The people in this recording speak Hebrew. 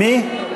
מי?